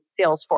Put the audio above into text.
Salesforce